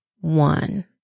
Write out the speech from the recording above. one